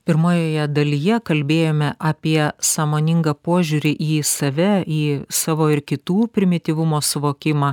pirmojoje dalyje kalbėjome apie sąmoningą požiūrį į save į savo ir kitų primityvumo suvokimą